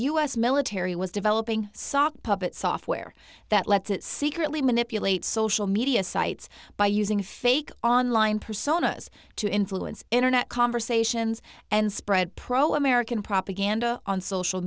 s military was developing sockpuppet software that lets it secretly manipulate social media sites by using fake online personas to influence internet conversations and spread pro american propaganda on social